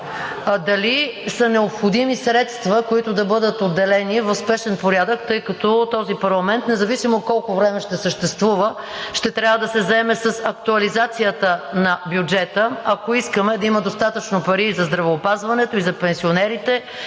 Дали са необходими средства, които да бъдат отделени в спешен порядък, тъй като този парламент, независимо колко време ще съществува, ще трябва да се заеме с актуализацията на бюджета, ако искаме да има достатъчно пари за здравеопазването, за пенсионерите,